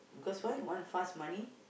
cause why want fast money